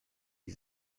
die